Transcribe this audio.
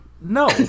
No